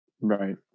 Right